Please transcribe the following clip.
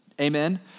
Amen